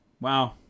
Wow